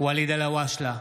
ואליד אלהואשלה,